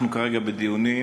אנחנו כרגע בדיונים,